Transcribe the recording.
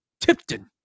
Tipton